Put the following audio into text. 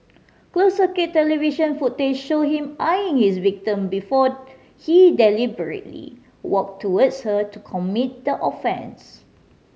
closed circuit television footage showed him eyeing his victim before he deliberately walked towards her to commit the offence